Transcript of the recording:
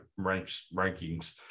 rankings